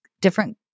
different